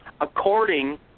according